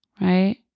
right